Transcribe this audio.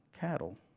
cattle